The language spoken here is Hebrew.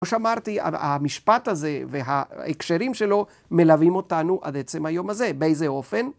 כמו שאמרתי, המשפט הזה וההקשרים שלו מלווים אותנו עד עצם היום הזה, באיזה אופן?